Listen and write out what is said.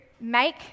make